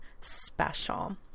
special